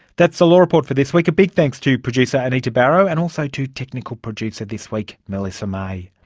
that's the law report for this week. a big thanks to producer anita barraud and also to technical producer this week melissa may.